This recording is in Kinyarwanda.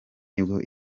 nibwo